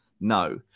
No